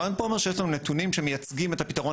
הרעיון פה אומר שיש לנו נתונים שמייצגים את הפתרון